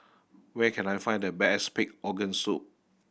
where can I find the best pig organ soup